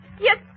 yes